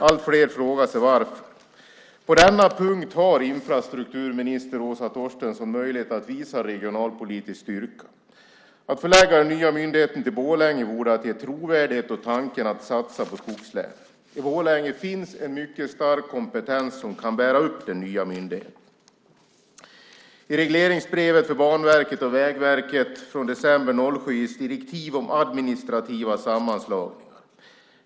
Allt fler frågar sig varför. På denna punkt har infrastrukturminister Åsa Torstensson möjlighet att visa regionalpolitisk styrka. Att förlägga den nya myndigheten till Borlänge vore att ge trovärdighet åt tanken att satsa på skogslän. I Borlänge finns en mycket stark kompetens som kan bära upp den nya myndigheten. I regleringsbrevet för Banverket och Vägverket från december 2007 ges direktiv om administrativa sammanslagningar.